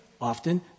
often